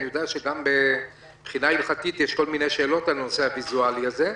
אני יודע שגם מבחינה הלכתית יש כל מיני שאלות על הנושא הוויזואלי הזה.